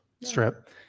strip